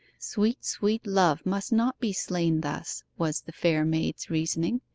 sweet, sweet love must not be slain thus, was the fair maid's reasoning.